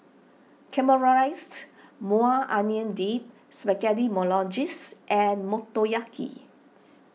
Caramelized Maui Onion Dip Spaghetti Bolognese and Motoyaki